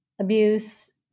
abuse